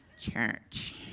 Church